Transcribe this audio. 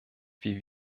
wir